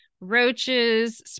roaches